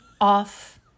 off